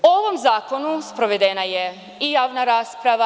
O ovom zakonu sprovedena je i javna rasprava.